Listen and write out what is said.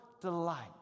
delight